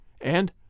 and